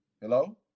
Hello